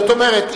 זאת אומרת,